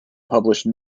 published